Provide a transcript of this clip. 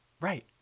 right